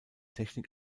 technik